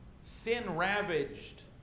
sin-ravaged